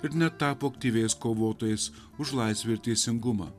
ir net tapo aktyviais kovotojais už laisvę ir teisingumą